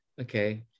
okay